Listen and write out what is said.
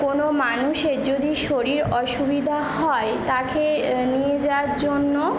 কোন মানুষের যদি শরীর অসুবিধা হয় তাকে নিয়ে যাওয়ার জন্য